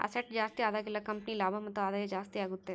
asset ಜಾಸ್ತಿ ಆದಾಗೆಲ್ಲ company ಲಾಭ ಮತ್ತು ಆದಾಯ ಜಾಸ್ತಿ ಆಗುತ್ತೆ